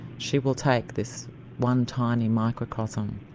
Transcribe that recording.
she will take this one tiny microcosm,